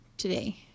Today